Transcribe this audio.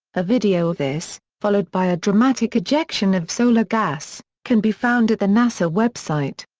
a video of this, followed by a dramatic ejection of solar gas, can be found at the nasa website.